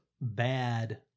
bad